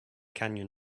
canyon